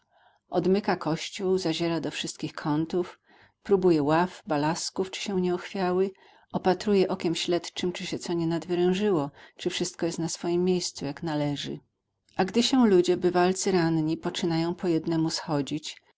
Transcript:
klucze odmyka kościół zaziera do wszystkich kątów próbuje ław balasków czy się nie ochwiały opatruje okiem śledczem czy się co nie nadwerężyło czy wszystko jest na swojem miejscu jak należy a gdy się ludzie bywalcy ranni poczynają po jednemu schodzić